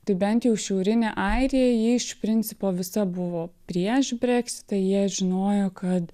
tai bent jau šiaurinė airija ji iš principo visa buvo prieš breksitą jie žinojo kad